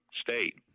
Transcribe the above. State